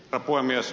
herra puhemies